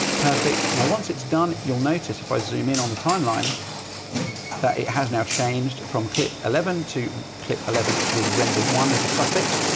perfect. now, once it's done, you'll notice if i zoom in on the timeline that it has now changed from clip eleven, to clip eleven with render one as a suffix.